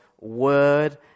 word